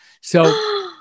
So-